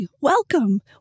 welcome